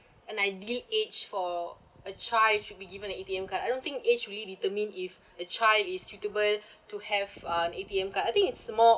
an ideal age for a child should be given a A_T_M card I don't think age really determine if a child is suitable to have an A_T_M card I think it's more